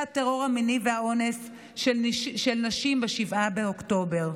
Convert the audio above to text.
הטרור המיני והאונס של נשים ב-7 באוקטובר.